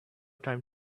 time